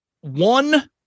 one